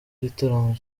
igitaramo